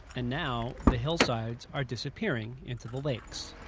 and now, the hillsides are disappearing into the lakes.